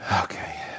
Okay